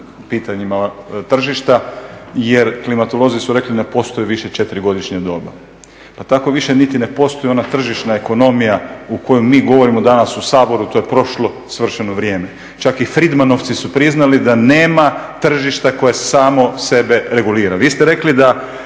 pitanjima tržišta, jer klimatolozi su rekli ne postoji više 4 godišnja doba. Pa tako više niti ne postoji onda tržišna ekonomija o kojoj mi govorimo danas u Saboru. To je prošlo svršeno vrijeme. Čak i Friedmanovci su priznali da nema tržišta koje samo sebe regulira. Vi ste rekli da